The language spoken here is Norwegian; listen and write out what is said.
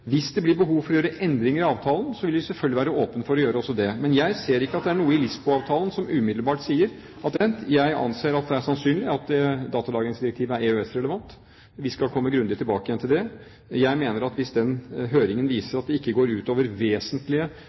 Hvis det blir behov for å gjøre endringer i avtalen, vil vi selvfølgelig være åpne for å gjøre det også. Men jeg ser ikke at det er noe i Lisboa-avtalen som umiddelbart sier at denne avtalen er gått ut på dato. Jeg anser at det er sannsynlig at datalagringsdirektivet er EØS-relevant. Vi skal komme grundig tilbake igjen til det. Jeg mener at hvis høringen viser at det ikke går ut over vesentlige